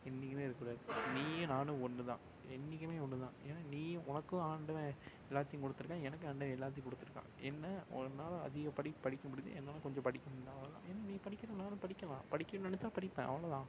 என்றைக்குமே இருக்கக்கூடாது நீயும் நானும் ஒன்று தான் என்றைக்குமே ஒன்று தான் ஏன்னால் நீயும் உனக்கும் ஆண்டவன் எல்லாத்தேயும் கொடுத்துருக்கான் எனக்கும் ஆண்டவன் எல்லாத்தேயும் கொடுத்துருக்கான் என்ன உன்னால் அதிகப் படிப்பு படிக்க முடியுது என்னால் கொஞ்சம் படிக்க முடியல அவ்வளோ தான் ஏன்னால் நீ படிக்கிறத நானும் படிக்கலாம் படிக்கணுன்னு நினச்சா படிப்பேன் அவ்வளோ தான்